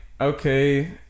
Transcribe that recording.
okay